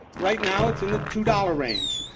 right now it's in the two-dollar range.